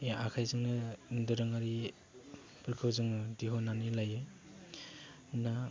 आखाइजोंनो दोरोङारिफोरखौ जोङो दिहुननानै लायो दा